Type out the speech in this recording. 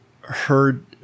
heard